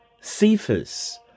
Cephas